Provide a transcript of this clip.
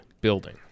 building